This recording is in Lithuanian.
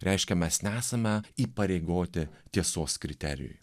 reiškia mes nesame įpareigoti tiesos kriterijui